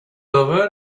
over